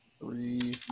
three